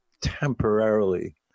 temporarily